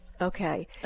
Okay